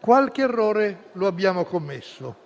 «qualche errore lo abbiamo commesso»